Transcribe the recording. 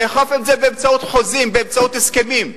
לאכוף את זה באמצעות חוזים, באמצעות הסכמים.